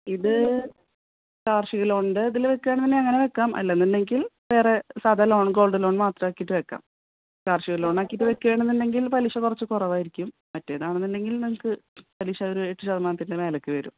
ഇത് കാർഷികലോണിൻ്റെ ഇതിൽ വയ്ക്കുകയാണ് എങ്കിൽ അങ്ങനെ വയ്ക്കാം അല്ലാ എന്നുണ്ടെങ്കിൽ വേറെ സാധാ ലോൺ ഗോൾഡ് ലോൺ മാത്രമാക്കിയിട്ട് വയ്ക്കാം കർഷികലോണാക്കിയിട്ട് വയ്ക്കുകയാണ് എന്നുണ്ടെങ്കിൽ പലിശ കുറച്ച് കുറവായിരിക്കും മറ്റേതാണെന്ന് ഉണ്ടെങ്കിൽ നമുക്ക് പലിശ ഒരു എട്ട് ശതമാനത്തിൻ്റെ മേലേക്ക് വരും